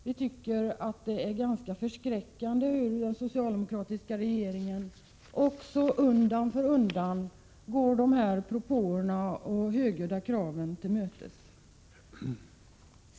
Vi tycker att det är ganska förskräckande att se hur den socialdemokratiska regeringen undan för undan går dessa propåer och högljudda krav till mötes.